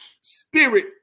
Spirit